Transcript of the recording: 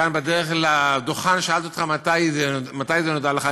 כאן, בדרך לדוכן, שאלתי אותך מתי זה נודע לך.